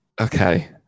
okay